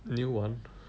new one